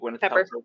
pepper